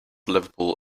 liverpool